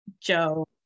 Joe